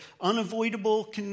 unavoidable